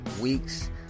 weeks